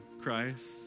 Christ